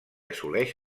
assoleix